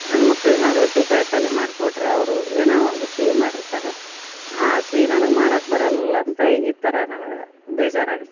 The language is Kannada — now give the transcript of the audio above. ನನ್ನ ಮಕ್ಳಿಗೆ ನಾ ರೊಟ್ಟಿ ಕಾಯಿ ಪಲ್ಯ ಮಾಡ್ಕೊಟ್ರೆ ಅವರು ಏನೋ ಒಂದು ಸಿಹಿ ಮಾಡಿರ್ತಾರೆ ಆ ಸಿಹಿ ನನಗೆ ಮಾಡಕ್ಕೆ ಬರಲ್ಲಲ್ಲ ಅಂತ ಈ ಥರ ನನ್ಗೆ ಬೇಜಾರಾಗತ್ತೆ